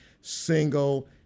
single